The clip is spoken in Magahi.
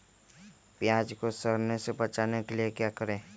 प्याज को सड़ने से बचाने के लिए क्या करें?